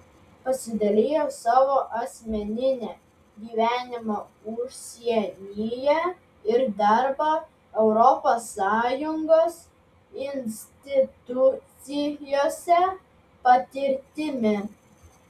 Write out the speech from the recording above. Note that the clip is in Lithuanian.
pasidalijo savo asmenine gyvenimo užsienyje ir darbo europos sąjungos institucijose patirtimi